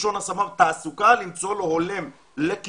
מלשון השמה - במקום תעסוקה ולמצוא לו מקום הולם לכישוריו.